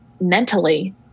mentally